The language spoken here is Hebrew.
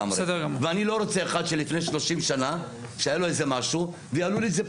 ואני לא רוצה אחד שלפני 30 שנה היה לו איזה משהו ויעלו לי את זה פה,